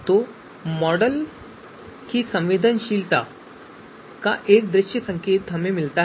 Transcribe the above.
तो हमें मॉडल की संवेदनशीलता का एक दृश्य संकेत मिलता है